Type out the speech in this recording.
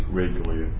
regularly